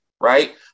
right